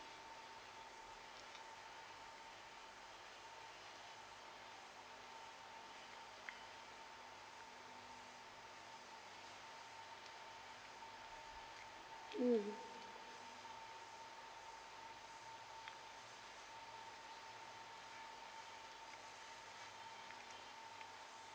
mm